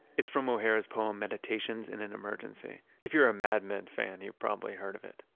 it's from o'hara's poem, meditations in an emergency. if you're a madman fan, you've probably heard of it.